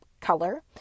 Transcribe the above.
color